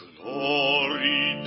Glory